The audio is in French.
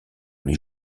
les